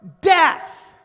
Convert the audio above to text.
death